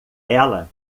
ela